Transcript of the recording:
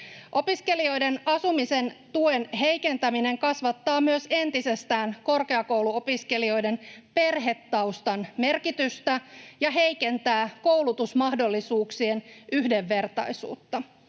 Opiskelijoiden asumisen tuen heikentäminen kasvattaa myös entisestään korkeakouluopiskelijoiden perhetaustan merkitystä ja heikentää koulutusmahdollisuuksien yhdenvertaisuutta.